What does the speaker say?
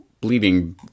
bleeding